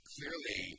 Clearly